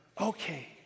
okay